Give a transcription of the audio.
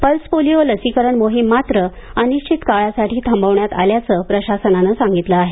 pulse polio लसीकरण मोहीम मात्र अनिश्चित काळासाठी थांबवण्यात आल्याचं प्रशासनानं सांगितलं आहे